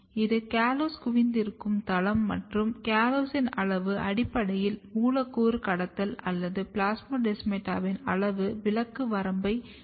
இது காலோஸ் குவிந்திருக்கும் தளம் மற்றும் கால்லோஸின் அளவு அடிப்படையில் மூலக்கூறு கடத்தல் அல்லது பிளாஸ்மோடெஸ்மாட்டாவின் அளவு விலக்கு வரம்பை வரையறுக்கிறது